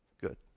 Good